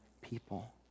people